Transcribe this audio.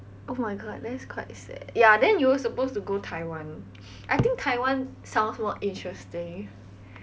oh my god that's quite sad ya then you were supposed to go taiwan I think taiwan sounds more interesting